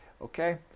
okay